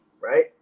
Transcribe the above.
right